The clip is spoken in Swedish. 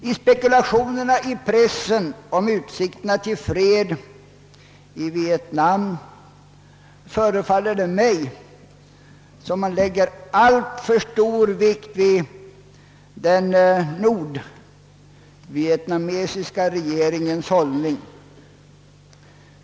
I spekulationerna i pressen om utsikterna till fred i Vietnam förefaller det mig som om man lägger alltför stor vikt vid den nordvietnamesiska regeringens hållning.